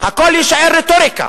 הכול יישאר רטוריקה.